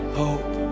hope